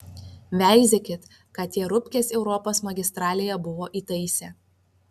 veizėkit ką tie rupkės europos magistralėje buvo įtaisę